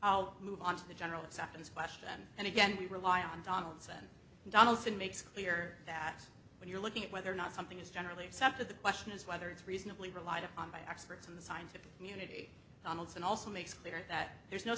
i'll move on to the general satisfaction and again we rely on donaldson and donaldson makes clear that when you're looking at whether or not something is generally accepted the question is whether it's reasonably relied upon by experts in the scientific community donaldson also makes clear that there's no